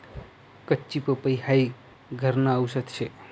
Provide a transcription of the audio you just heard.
कच्ची पपई हाई घरन आवषद शे